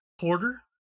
Porter